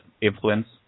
influence